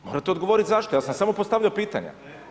Morate odgovoriti zašto, ja sam samo postavljao pitanja.